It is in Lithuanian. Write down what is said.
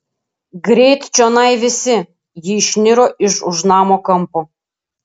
greit čionai visi ji išniro iš už namo kampo